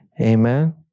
Amen